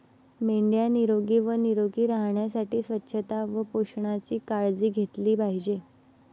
मेंढ्या निरोगी व निरोगी राहण्यासाठी स्वच्छता व पोषणाची काळजी घेतली पाहिजे